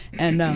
and